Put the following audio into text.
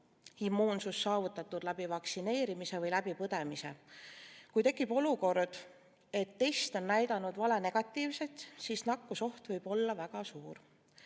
immuunsust saavutatud ei vaktsineerimise ega läbipõdemise teel. Kui tekib olukord, et test on näidanud valenegatiivset, siis võib nakkusoht olla väga suur.